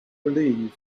relieved